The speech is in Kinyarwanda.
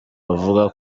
bavuga